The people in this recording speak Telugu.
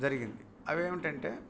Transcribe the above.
జరిగింది అవి ఏంటంటే